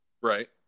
Right